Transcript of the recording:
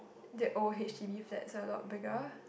that old H_D_B flats are a lot bigger